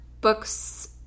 books